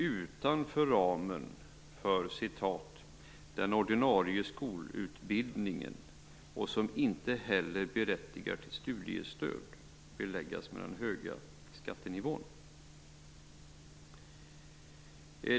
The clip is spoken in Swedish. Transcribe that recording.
"utanför ramen för den ordinarie skolutbildningen och som inte heller berättigar till studiestöd" beläggas med den höga skatten.